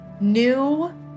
new